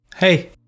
Hey